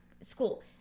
school